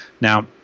Now